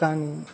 కానీ